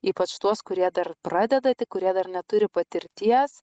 ypač tuos kurie dar pradeda tik kurie dar neturi patirties